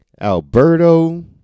alberto